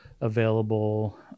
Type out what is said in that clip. available